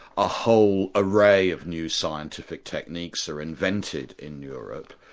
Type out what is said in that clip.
a whole array of new scientific techniques are invented in europe.